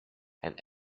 and